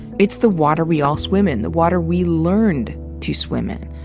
it's the water we all swim in the water we learned to swim in.